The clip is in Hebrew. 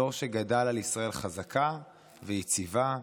דור שגדל על ישראל חזקה ויציבה,